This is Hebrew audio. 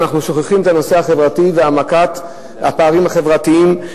ואנחנו שוכחים את הנושא החברתי והעמקת הפערים החברתיים,